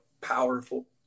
powerful